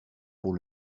pour